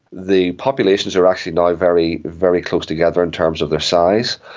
the populations are actually now very, very close together in terms of their size.